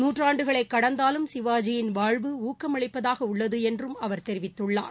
நூற்றாண்டுகளைக் கடந்தாலும் சிவாஜியின் வாழ்வு ஊக்கமளிப்பதாக உள்ளது என்று அவர் தெரிவித்துள்ளார்